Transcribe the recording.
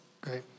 Great